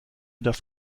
das